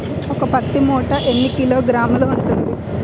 ఒక పత్తి మూట ఎన్ని కిలోగ్రాములు ఉంటుంది?